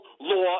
law